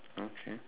okay